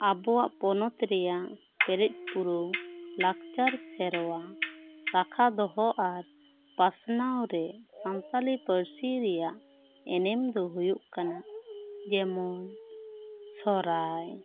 ᱟᱵᱚᱣᱟᱜ ᱯᱚᱱᱚᱛ ᱨᱮᱭᱟᱜ ᱯᱮᱨᱮᱡ ᱯᱩᱨᱩ ᱞᱟᱠᱪᱟᱨ ᱥᱮᱨᱚᱣᱟ ᱨᱟᱠᱷᱟ ᱫᱚᱦᱚ ᱟᱨ ᱯᱟᱥᱱᱟᱣ ᱨᱮ ᱥᱟᱱᱛᱟᱲᱤ ᱯᱟᱹᱨᱥᱤ ᱨᱮᱭᱟᱜ ᱮᱱᱮᱢ ᱫᱚ ᱦᱩᱭᱩᱜ ᱠᱟᱱᱟ ᱡᱮᱢᱚᱱ ᱥᱚᱨᱦᱟᱭ